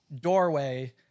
doorway